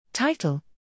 Title